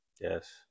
Yes